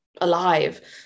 alive